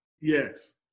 Yes